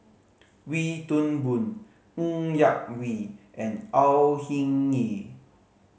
Wee Toon Boon Ng Yak Whee and Au Hing Yee